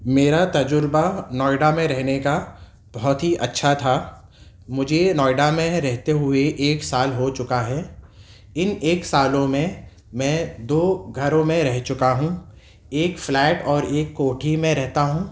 میرا تجربہ نوئیڈا میں رہنے کا بہت ہی اچھا تھا مجھے نوئیڈا میں رہتے ہوئے ایک سال ہو چکا ہے ان ایک سالوں میں میں دو گھروں میں رہ چکا ہوں ایک فلیٹ اور ایک کوٹھی میں رہتا ہوں